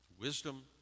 Wisdom